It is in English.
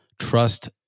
trust